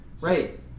Right